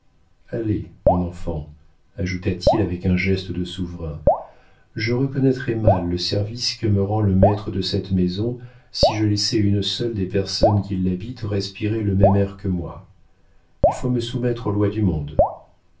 allez mon enfant ajouta-t-il avec un geste de souverain je reconnaîtrais mal le service que me rend le maître de cette maison si je laissais une seule des personnes qui l'habitent respirer le même air que moi il faut me soumettre aux lois du monde